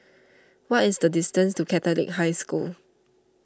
what is the distance to Catholic High School